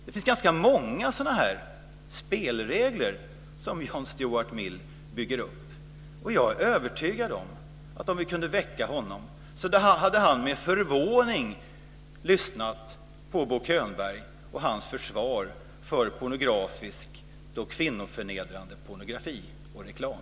Det finns ganska många sådana här spelregler som John Stuart Mill byggt upp. Och jag är övertygad om att om vi hade kunnat väcka honom, hade han med förvåning lyssnat på Bo Könberg och hans försvar för kvinnoförnedrande pornografi och reklam.